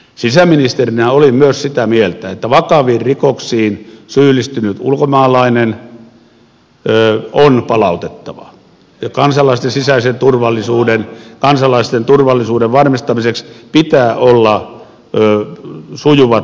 sisäministerinä olin myös sitä mieltä että vakaviin rikoksiin syyllistynyt ulkomaalainen on palautettava ja kansalaisten turvallisuuden varmistamiseksi pitää olla sujuvat palautukset